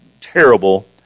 terrible